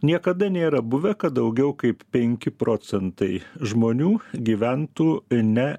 niekada nėra buvę kad daugiau kaip penki procentai žmonių gyventų ne